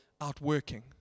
outworking